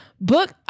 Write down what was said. Book